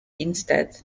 instead